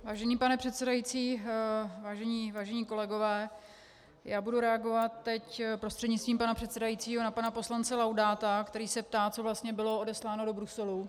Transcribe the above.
Vážený pane předsedající, vážení kolegové, já budu reagovat teď prostřednictvím pana předsedajícího na pana poslance Laudáta, který se ptá, co vlastně bylo odesláno do Bruselu.